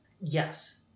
Yes